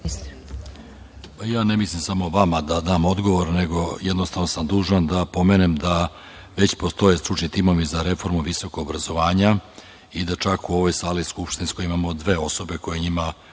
Ne mislim samo vama da dam odgovor, nego jednostavno, dužan sam da pomenem da već postoje stručni timovi za reformu visokog obrazovanja i da čak u ovoj skupštinskoj sali imamo dve osobe koje u njima